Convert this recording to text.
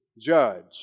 judge